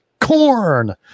Corn